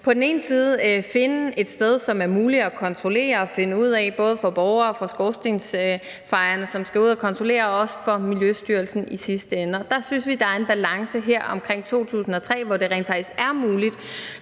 på den ene side finde et sted, som det er muligt at kontrollere og finde ud af både for borgerne og for skorstensfejerne, som skal ud at kontrollere, og også for Miljøstyrelsen i sidste ende. Der synes vi, at der er en balance her omkring 2003, hvor det rent faktisk er muligt.